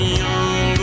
young